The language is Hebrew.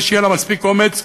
ושיהיה לה מספיק אומץ,